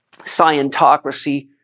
Scientocracy